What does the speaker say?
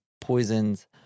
poisons